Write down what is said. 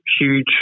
huge